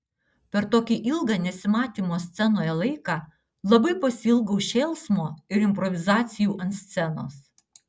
per tokį ilgą nesimatymo scenoje laiką labai pasiilgau šėlsmo ir improvizacijų ant scenos